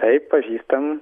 taip pažįstam